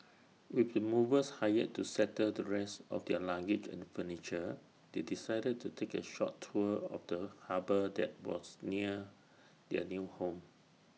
with the movers hired to settle the rest of their luggage and furniture they decided to take A short tour of the harbour that was near their new home